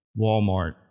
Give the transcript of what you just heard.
Walmart